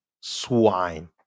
swine